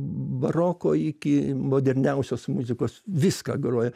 baroko iki moderniausios muzikos viską groja